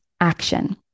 action